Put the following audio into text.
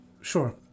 sure